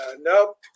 Nope